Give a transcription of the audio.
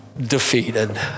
defeated